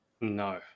No